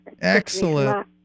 Excellent